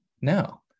no